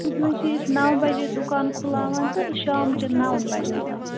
صُبحاے چھِ أسۍ نَو بَجے دُکان کُھلاوان تہٕ شامچہِ نوَن بَجَن تام